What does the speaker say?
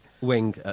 Wing